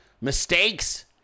mistakes